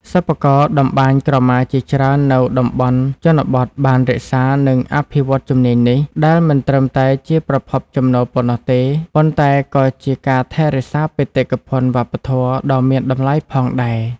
សិប្បករតម្បាញក្រមាជាច្រើននៅតំបន់ជនបទបានរក្សា និងអភិវឌ្ឍជំនាញនេះ ដែលមិនត្រឹមតែជាប្រភពចំណូលប៉ុណ្ណោះទេ ប៉ុន្តែក៏ជាការថែរក្សាបេតិកភណ្ឌវប្បធម៌ដ៏មានតម្លៃផងដែរ។